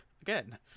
again